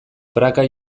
praka